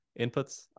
inputs